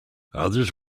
others